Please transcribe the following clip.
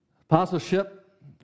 Apostleship